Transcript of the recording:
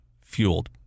fueled